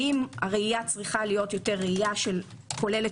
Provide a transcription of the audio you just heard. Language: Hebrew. האם הראייה צריכה להיות יותר ראייה כוללת